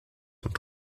und